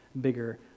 bigger